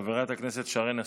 חברת הכנסת שרן השכל,